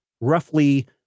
roughly